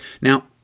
Now